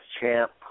Champ